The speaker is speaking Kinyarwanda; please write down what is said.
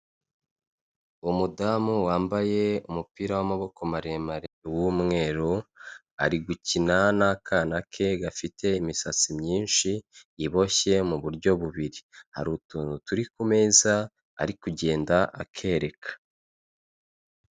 Umudamu wambaye umupira w'amaboko maremare w'umweru, ari gukina n'akana ke, gafite imisatsi myinshi iboshye mu buryo bubiri, hari utuntu turi ku meza, ari kugenda akereka.